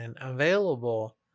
available